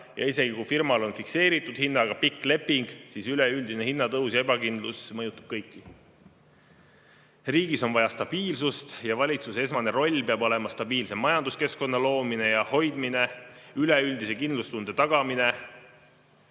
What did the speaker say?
Isegi kui firmal on fikseeritud hinnaga pikk leping, siis üleüldine hinnatõus ja ebakindlus mõjutab kõiki. Riigis on vaja stabiilsust. Valitsuse esmane roll peab olema stabiilse majanduskeskkonna loomine ja hoidmine, üleüldise kindlustunde tagamine.